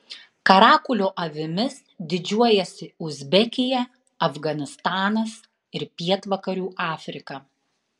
karakulio avimis didžiuojasi uzbekija afganistanas ir pietvakarių afrika